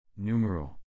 Numeral